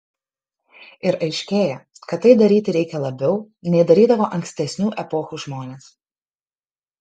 ir aiškėja kad tai daryti reikia labiau nei darydavo ankstesnių epochų žmonės